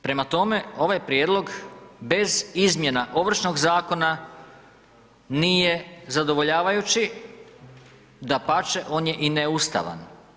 Prema tome, ovaj prijedlog bez izmjena Ovršnog zakona nije zadovoljavajući, dapače on je i neustavan.